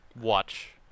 watch